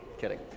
kidding